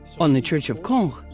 on the church of conques,